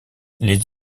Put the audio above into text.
les